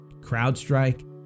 CrowdStrike